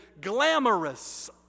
glamorous